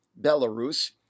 Belarus